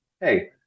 hey